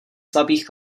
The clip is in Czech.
slabých